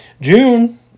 June